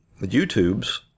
YouTubes